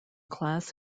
class